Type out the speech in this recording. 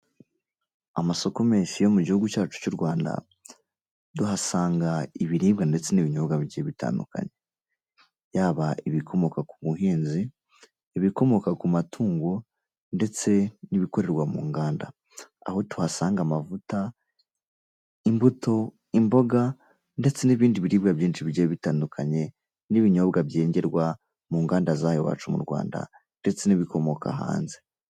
Amasoko menshi yo mu gihugu cyacu cy'u Rwanda, duhasanga ibiribwa ndetse n'ibinyobwa bigiye bitandukanye, yaba ibikomoka ku buhinzi, ibikomoka ku matungo, ndetse n'ibikorerwa mu nganda, aho tuhasanga amavuta, imbuto, imboga ndetse n'ibindi biribwa byinshi bigiye bitandukanye n'ibinyobwa byengerwa mu nganda z'aha iwacu mu Rwanda ndetse n'ibikomoka hanze.